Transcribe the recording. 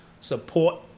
Support